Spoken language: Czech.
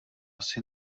asi